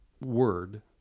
word